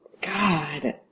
God